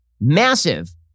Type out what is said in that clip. massive